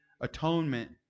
atonement